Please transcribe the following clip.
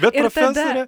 bet profesorė